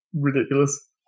ridiculous